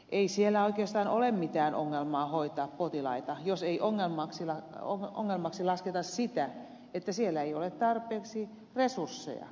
ei siellä oikeastaan ole mitään ongelmaa hoitaa potilaita jos ei ongelmaksi lasketa sitä että siellä ei ole tarpeeksi resursseja